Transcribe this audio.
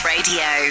Radio